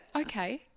okay